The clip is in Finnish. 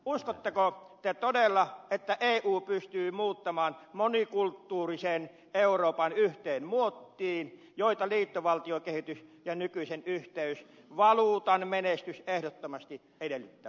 uskotteko te todella että eu pystyy muuttamaan monikulttuurisen euroopan yhteen muottiin jota liittovaltiokehitys ja nykyisen yhteisvaluutan menestys ehdottomasti edellyttävät